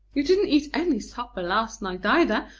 you didn't eat any supper last night, either.